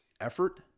effort